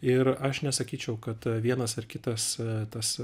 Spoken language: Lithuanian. ir aš nesakyčiau kad vienas ar kitas tas